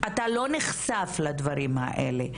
אתה לא נחשף לדברים האלה.